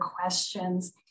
questions